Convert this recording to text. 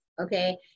okay